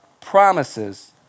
promises